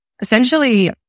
essentially